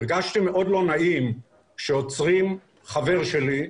הרגשתי מאוד לא נעים שעוצרים חבר שלי,